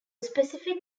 specific